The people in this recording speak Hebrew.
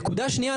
נקודה שנייה,